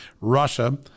Russia